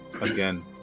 Again